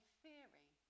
theory